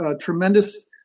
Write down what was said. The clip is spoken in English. tremendous